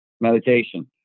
Meditation